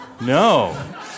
No